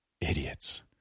idiots